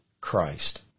Christ